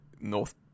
north